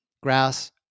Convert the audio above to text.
Grass